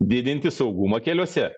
didinti saugumą keliuose